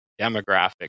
demographic